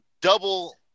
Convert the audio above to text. double